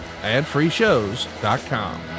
adfreeshows.com